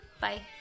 bye